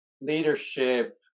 leadership